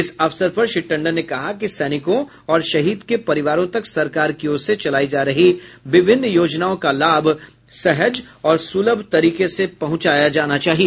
इस अवसर पर श्री टंडन ने कहा कि सैनिकों और शहीद के परिवारों तक सरकार की ओर से चलायी जा रही विभिन्न योजनाओं का लाभ सहज और सुलभ तरीके से पहुंचाया जाना चाहिए